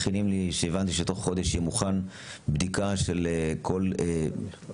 והבנתי שתוך חודש תהיה מוכנה בדיקה של כל הרזרבות,